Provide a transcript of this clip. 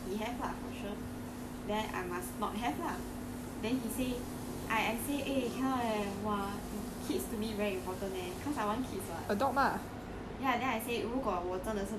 I don't know if all have or not lah but he have lah for sure then I must not have lah then he say I I say eh cannot leh !wah! kids to me very important leh cause I want kids [what]